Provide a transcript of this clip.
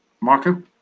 marco